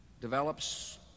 develops